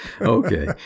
Okay